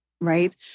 right